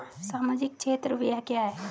सामाजिक क्षेत्र व्यय क्या है?